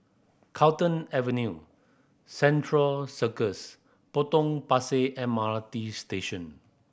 Carlton Avenue Central Circus Potong Pasir M R T Station